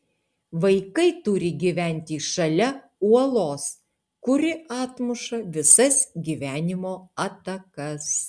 vaikai turi gyventi šalia uolos kuri atmuša visas gyvenimo atakas